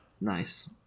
Nice